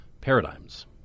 paradigms